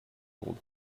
old